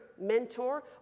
mentor